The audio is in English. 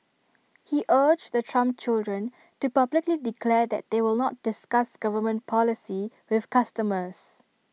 he urged the Trump children to publicly declare that they will not discuss government policy with customers